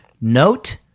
Note